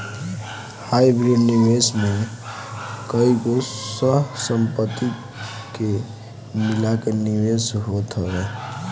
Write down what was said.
hybrid निवेश में कईगो सह संपत्ति के मिला के निवेश होत हवे